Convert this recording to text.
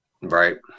Right